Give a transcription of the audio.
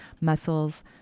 muscles